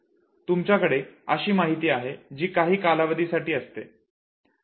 तुमच्याकडे अशी माहिती आहे जी काही कालावधीसाठी असते